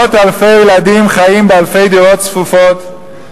מאות אלפי ילדים חיים באלפי דירות צפופות,